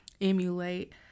emulate